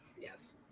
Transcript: Yes